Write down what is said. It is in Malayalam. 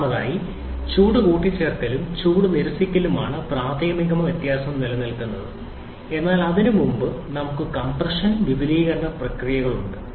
ഒന്നാമതായി ചൂട് കൂട്ടിച്ചേർക്കലും ചൂട് നിരസിക്കലുമാണ് പ്രാഥമികമായി വ്യത്യാസം നിലനിൽക്കുന്നത് എന്നാൽ അതിനുമുമ്പ് നമുക്ക് കംപ്രഷൻ വിപുലീകരണ പ്രക്രിയകൾ ഉണ്ട്